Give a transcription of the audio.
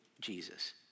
Jesus